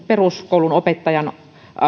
peruskoulunopettajan